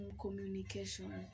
communication